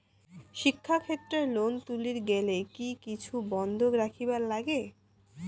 শিক্ষাক্ষেত্রে লোন তুলির গেলে কি কিছু বন্ধক রাখিবার লাগে?